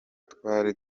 twari